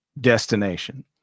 destination